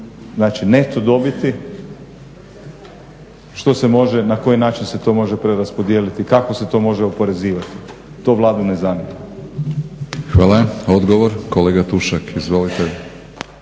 znači neto dobiti, što se može na koji način se to može preraspodijeliti, kako se to može oporezivati, to Vladu ne zanima. **Batinić, Milorad (HNS)** Hvala.